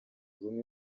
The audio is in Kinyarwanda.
ubumwe